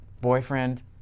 Boyfriend